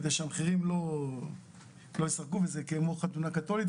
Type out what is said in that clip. כדי שלא ישחקו במחירים כמו חתונה קתולית,